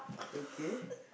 okay